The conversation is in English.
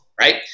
Right